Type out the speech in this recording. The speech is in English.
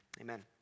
Amen